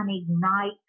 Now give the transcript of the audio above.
ignite